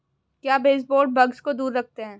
क्या baseboard bugs को दूर रखते हैं?